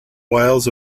whales